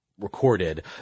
recorded